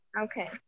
okay